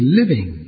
living